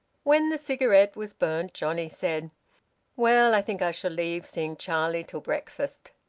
when the cigarette was burnt, johnnie said well, i think i shall leave seeing charlie till breakfast.